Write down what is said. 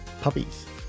puppies